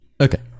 Okay